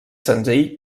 senzill